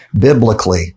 biblically